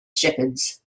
shepherds